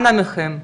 אנא מכם,